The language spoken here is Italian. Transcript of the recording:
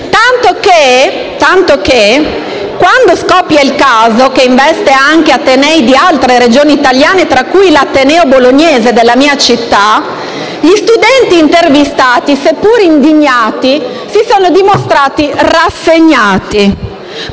Tanto che quando scoppia il caso, che investe anche atenei di altre Regioni italiane, tra cui l'ateneo della mia città, Bologna, gli studenti intervistati, seppure indignati, si sono dimostrati rassegnati,